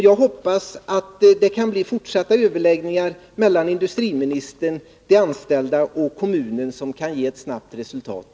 Jag hoppas att fortsatta överläggningar mellan industriministern, de anställda och kommunen inom kort kan ge resultat.